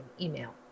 email